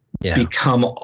become